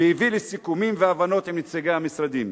והביא לסיכומים והבנות עם נציגי המשרדים.